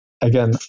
again